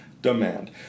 demand